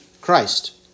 Christ